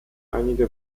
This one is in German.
einige